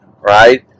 right